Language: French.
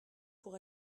pour